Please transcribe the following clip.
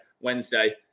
Wednesday